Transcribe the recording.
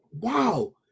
wow